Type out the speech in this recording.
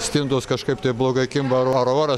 stintos kažkaip tai bloga akim varo varo varo